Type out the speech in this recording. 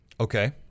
Okay